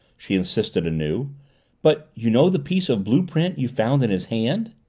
she insisted anew. but, you know the piece of blue-print you found in his hand?